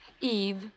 Eve